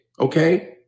Okay